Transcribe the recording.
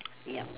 ya